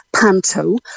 Panto